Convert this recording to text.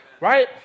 right